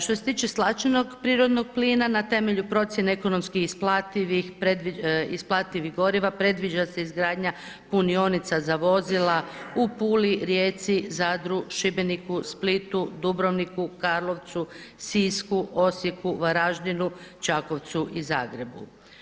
Što se tiče stlačenog prirodnog plina na temelju procjene ekonomski isplativih goriva predviđa se izgradnja punionica za vozila u Puli, Rijeci, Zadru, Šibeniku, Splitu, Dubrovniku, Karlovcu, Sisku, Osijeku, Varaždinu, Čakovcu i Zagrebu.